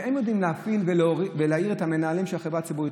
והם יודעים להפעיל ולהעיר את המנהלים של החברה ציבורית,